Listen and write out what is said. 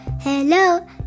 hello